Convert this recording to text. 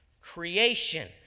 Creation